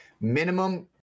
minimum